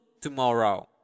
tomorrow